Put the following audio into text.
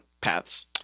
paths